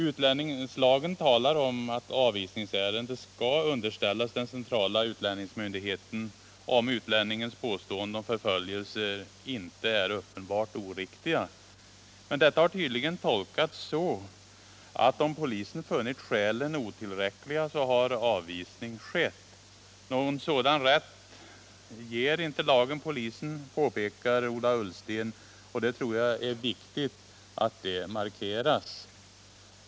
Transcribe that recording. Utlänningslagen talar om att avvisningsärende skall underställas den centrala utlänningsmyndigheten, om utlänningens påståenden om förföljelser inte är uppenbart oriktiga. Detta har tydligen tolkats så, att om polisen funnit skälen otillräckliga har avvisning skett. Någon sådan rätt ger inte lagen polisen, påpekar Ola Ullsten, och jag tror att det är viktigt att det markeras.